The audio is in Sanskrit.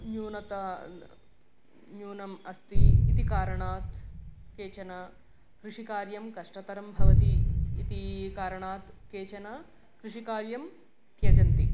न्यूनता न्यूनम् अस्ति इति कारणात् केचन कृषिकार्यं कष्टतरं भवति इति कारणात् केचन कृषिकार्यं त्यजन्ति